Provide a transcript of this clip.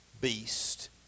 beast